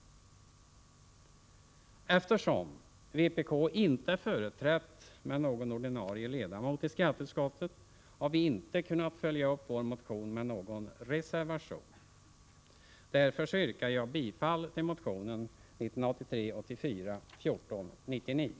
Eftersom vpk inte är företrätt med någon ordinarie ledamot i skatteutskottet, har vi inte kunnat följa upp vår motion med någon reservation. Därför yrkar jag bifall till motion 1983/84:1499.